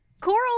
Coral